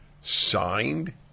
signed